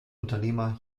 unternehmer